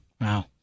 Wow